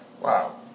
Wow